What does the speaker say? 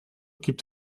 gibt